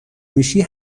میشی